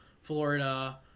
Florida